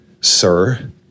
sir